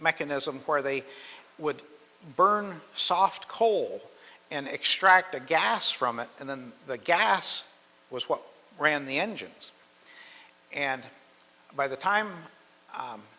mechanism where they would burn soft coal and extract the gas from it and then the gas was what ran the engines and by the time